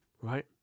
right